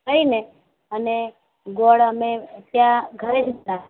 થઇને અને ગોળ અને ચા ઘરે જ હતાં